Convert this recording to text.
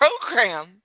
program